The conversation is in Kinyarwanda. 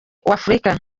afurika